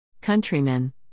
Countrymen